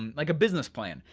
um like a business plan.